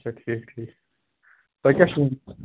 اچھا ٹھیٖک ٹھیٖک تۄہہِ کیٛاہ چھُو